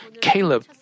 Caleb